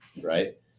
right